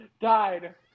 died